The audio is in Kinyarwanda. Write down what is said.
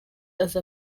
aza